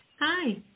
Hi